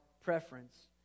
preference